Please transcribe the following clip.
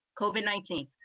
COVID-19